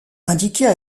indiquait